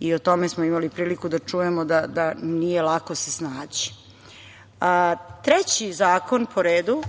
i o tome smo imali priliku da čujemo da se nije lako snaći. Treći zakon po redu,